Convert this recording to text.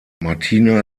martina